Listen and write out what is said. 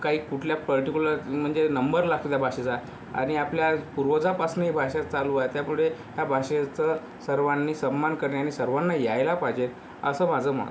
काही कुठल्या पर्टिकूलर म्हणजे नंबर लागतो त्या भाषेचा आणि आपल्या पूर्वजापासून ही भाषा चालू आहे त्यापुढे या भाषेचा सर्वांनी सन्मान करणे आणि सर्वांना यायला पाहिजेल असं माझं मत